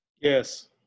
yes